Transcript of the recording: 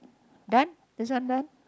done this one done